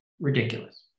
ridiculous